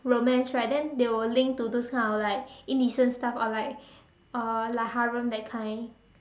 romance right then they will link to those kind of like indecent stuff or like uh like that kind